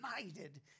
united